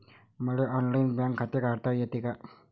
मले online bank खाते काढता येते का?